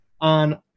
on